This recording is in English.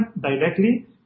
directly